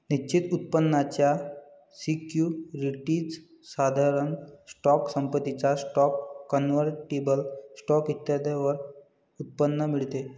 निश्चित उत्पन्नाच्या सिक्युरिटीज, साधारण स्टॉक, पसंतीचा स्टॉक, कन्व्हर्टिबल स्टॉक इत्यादींवर उत्पन्न मिळते